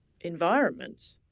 environment